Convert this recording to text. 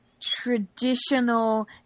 traditional